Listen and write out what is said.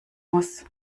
muss